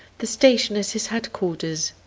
the station is his headquarters.